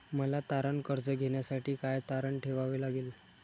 मला तारण कर्ज घेण्यासाठी काय तारण ठेवावे लागेल?